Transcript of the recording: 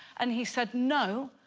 and he said no,